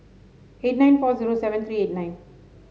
eight nine four zero seven three eight nine